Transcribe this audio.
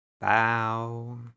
bow